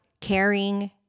caring